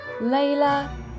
Layla